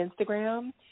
Instagram